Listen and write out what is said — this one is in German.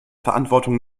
verantwortung